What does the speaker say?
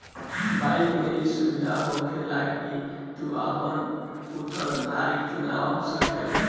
bike मे ई सुविधा होखेला की तू आपन उत्तराधिकारी चुन सकेल